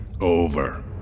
Over